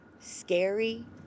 scary